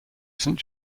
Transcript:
saint